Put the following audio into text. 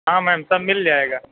ہاں میم سب مِل جائے گا